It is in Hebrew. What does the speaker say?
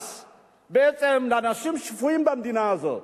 בעצם, היחס לאנשים שפויים במדינה הזאת,